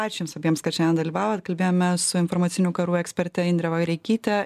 ačiū jums abiems kad šiandien dalyvavot kalbėjome su informacinių karų eksperte indre vareikyte